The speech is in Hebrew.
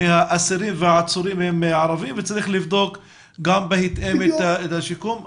מהאסירים והעצורים הם ערבים וצריך לבדוק בהתאם את השיקום.